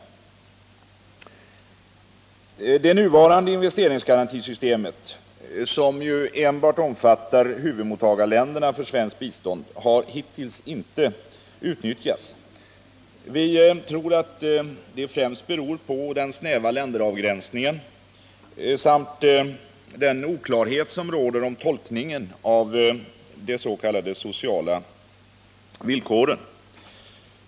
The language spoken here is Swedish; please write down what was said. Det nuvarande investeringsgarantisystemet som ju enbart omfattar huvudmottagarländerna för svenskt bistånd har hittills inte utnyttjats. Vitror att det främst beror på den snäva länderavgränsningen samt den oklarhet som råder om tolkningen av de s.k. sociala villkoren.